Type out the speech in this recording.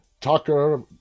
Tucker